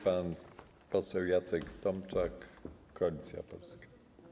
Pan poseł Jacek Tomczak, Koalicja Polska.